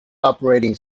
operating